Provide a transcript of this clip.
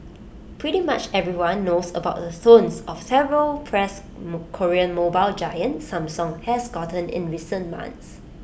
pretty much everyone knows about the tonnes of terrible press Korean mobile giant Samsung has gotten in recent months